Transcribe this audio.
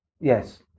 yes